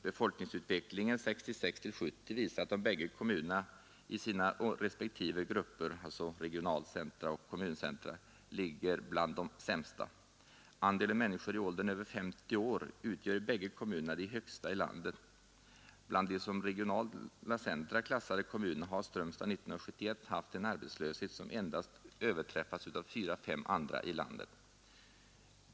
Befolkningsutvecklingen 1966 1970 visar att de bägge kommunerna i sina respektive grupper — alltså regionalcentra och kommuncentra — ligger bland de sämsta. Andelen människor i åldern över 50 år utgör i bägge kommunerna den högsta i landet. Bland de som regionala centra klassade kommunerna har Strömstad 1971 haft en arbetslöshet som endast överträffats av fyra eller fem andra centra i landet.